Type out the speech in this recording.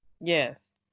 Yes